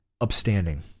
upstanding